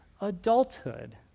adulthood